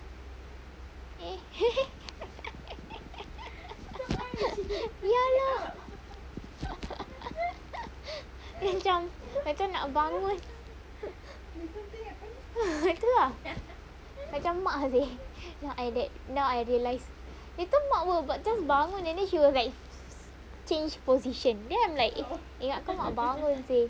eh ya lah dia macam macam nak bangun tu ah macam mak seh I that now I realised itu mak will just bangun and then she will change position then I'm like ingat kan nak bangun seh